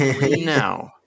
No